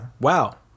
Wow